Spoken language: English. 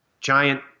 giant